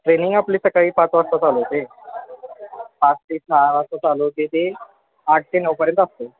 training आपली सकाळी पाच वाजता चालू होते पाच ते सहा वाजता चालू होते ते आठ ते नऊपर्यंत असतो आहे